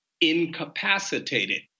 incapacitated